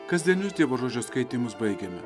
kasdienius dievo žodžio skaitymus baigiame